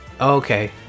Okay